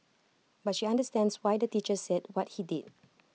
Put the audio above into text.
but she understands why the teacher said what he did